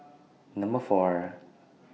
Number four